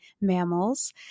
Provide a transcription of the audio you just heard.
mammals